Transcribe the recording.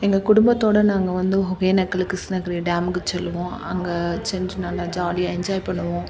எங்கள் குடும்பத்தோடு நாங்கள் வந்து ஒகேனக்கல் கிருஷ்ணகிரி டேமுக்கு செல்லுவோம் அங்கே சென்று நல்லா ஜாலியாக என்ஜாய் பண்ணுவோம்